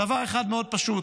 בדבר אחד מאוד פשוט,